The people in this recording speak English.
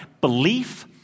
Belief